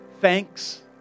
thanks